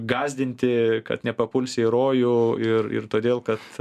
gąsdinti kad nepapulsi į rojų ir ir todėl kad